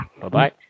bye-bye